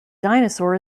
dinosaur